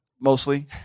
Mostly